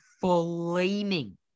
flaming